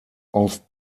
aus